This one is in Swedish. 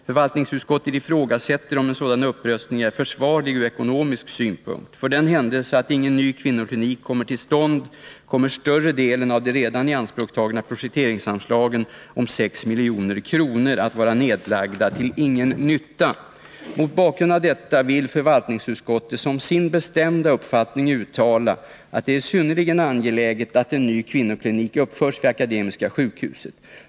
Förvaltningsutskottet ifrågasätter om en sådan upprustning är försvarlig ur ekonomisk synpunkt. För den händelse att ingen ny kvinnoklinik kommer till stånd kommer större delen av de redan ianspråktagna projekteringsanslagen om ca 6 mkr att vara nedlagda till ingen nytta. Mot bakgrund av detta vill förvaltningsutskottet som sin bestämda uppfattning uttala att det är synnerligen angeläget att en ny kvinnoklinik uppförs vid Akademiska sjukhuset.